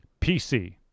PC